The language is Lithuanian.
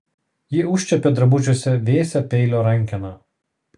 ji užčiuopė drabužiuose vėsią peilio rankeną